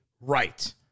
right